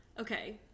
Okay